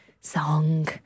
song